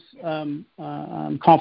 confidence